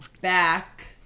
back